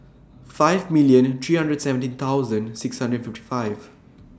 five million three hundred seventeen thousand six hundred fifty five